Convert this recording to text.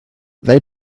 they